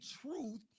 truth